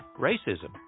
Racism